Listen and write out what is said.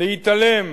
להתעלם